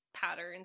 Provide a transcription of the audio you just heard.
patterns